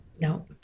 No